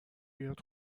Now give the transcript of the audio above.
بیاد